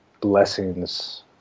blessings